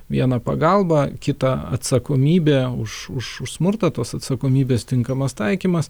viena pagalba kita atsakomybė už už už smurtą tos atsakomybės tinkamas taikymas